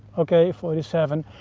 okay, forty seven,